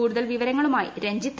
കൂടുതൽ വിവരങ്ങളുമായി രഞ്ജിത്ത്